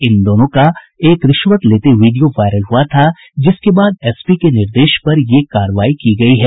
इन दोनों का एक रिश्वत लेते वीडियो वायरल हुआ था जिसके बाद एसपी के निर्देश पर यह कार्रवाई की गयी है